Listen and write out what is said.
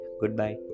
Goodbye